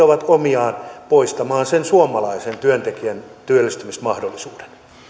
ovat omiaan poistamaan suomalaisen työntekijän työllistymismahdollisuuden